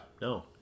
no